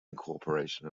incorporation